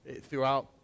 throughout